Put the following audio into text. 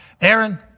Aaron